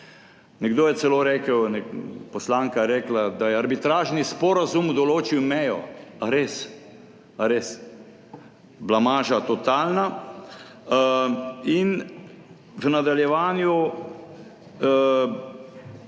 Nekdo je celo rekel, poslanka je rekla, da je arbitražni sporazum določil mejo. Ali res? Ali res? Blamaža, totalna. In v nadaljevanju,